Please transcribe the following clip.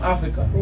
Africa